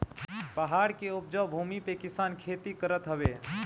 पहाड़ के उपजाऊ भूमि पे किसान खेती करत हवे